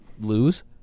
Lose